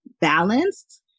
balanced